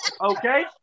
Okay